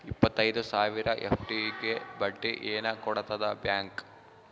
ಇಪ್ಪತ್ತೈದು ಸಾವಿರ ಎಫ್.ಡಿ ಗೆ ಬಡ್ಡಿ ಏನ ಕೊಡತದ ಬ್ಯಾಂಕ್?